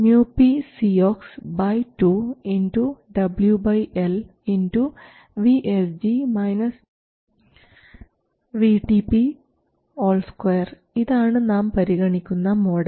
µp cox2 W L2 ഇതാണ് നാം പരിഗണിക്കുന്ന മോഡൽ